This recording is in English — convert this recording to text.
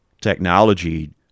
technology